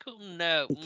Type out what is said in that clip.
No